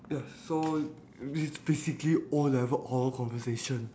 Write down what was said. ya so this is basically O-level oral conversation